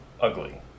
ugly